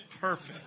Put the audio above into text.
Perfect